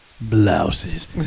Blouses